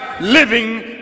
living